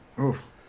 Oof